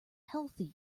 healthy